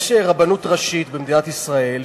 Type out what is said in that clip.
יש רבנות ראשית במדינת ישראל,